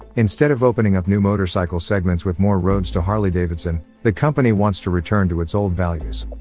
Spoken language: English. instead of opening up new motorcycle segments with more roads to harley-davidson, the company wants to return to its old values.